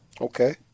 Okay